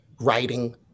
writing